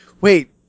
wait